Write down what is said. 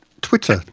Twitter